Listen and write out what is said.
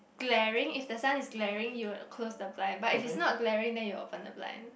glaring if the sun is glaring you would close the blind but if it's not glaring then you open the blind